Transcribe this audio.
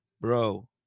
Bro